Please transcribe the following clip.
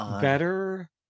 better